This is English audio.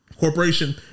Corporation